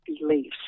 beliefs